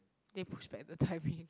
they push back the timing